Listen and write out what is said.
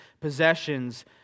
possessions